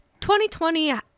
2020